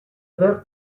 verts